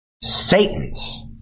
Satan's